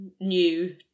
new